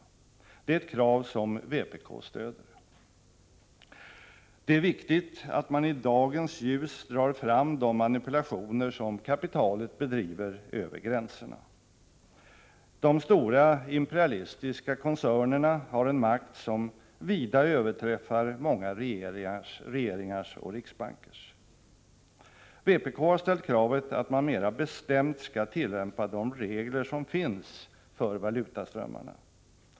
Det är ett krav som vpk stöder. Det är viktigt att man i dagens ljus drar fram de manipulationer som kapitalet bedriver över gränserna. De stora imperialistiska koncernerna har en makt som vida överträffar många regeringars och riksbankers. Vpk har ställt kravet att man mera bestämt skall tillämpa de regler som finns för valutaströmmarna.